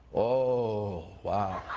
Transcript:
ohhh, wow.